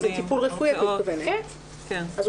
טיפול רפואי, את מתכוונת.